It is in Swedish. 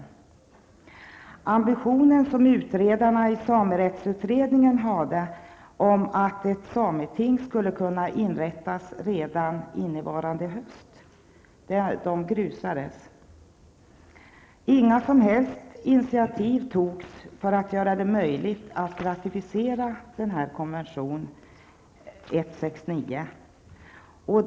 Den ambition som utredarna i samerättsutredningen hade om att ett sameting skulle kunna inrättas redan denna höst grusades. Inga som helst initiativ togs för att göra det möjligt att ratificera ILO-konvention 169.